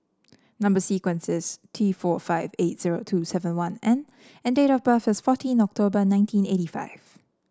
number sequence is T four five eight zero two seven one N and date of birth is fourteen October nineteen eighty five